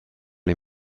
les